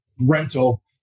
rental